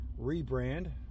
rebrand